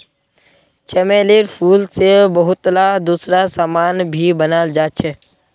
चमेलीर फूल से बहुतला दूसरा समान भी बनाल जा छे